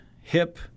hip